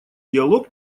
диалог